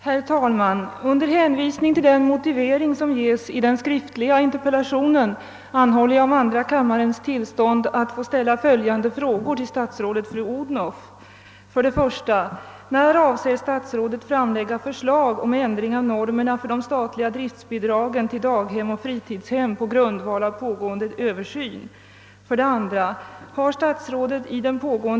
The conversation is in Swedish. Herr talman! Det statliga driftbidraget till fritidshem utgår för närvarande med samma belopp till fritidshemsavdelning vid daghem, som ger tillsyn under hela året samt under längre tid per dag, som till sådant fritidshem som har begränsat öppethållande under dagen och håller stängt under ferier.